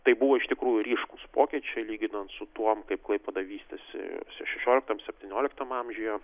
tai buvo iš tikrųjų ryškūs pokyčiai lyginant su tuo kaip klaipėda vystėsi šešioliktam septynioliktam amžiuje